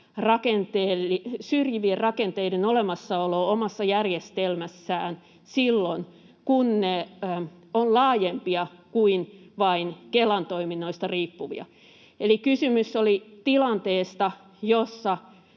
syrjivien rakenteiden olemassaoloa omassa järjestelmässään silloin, kun ne ovat laajempia kuin vain Kelan toiminnoista riippuvia, eli kysymys oli tilanteesta, jossa